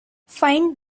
find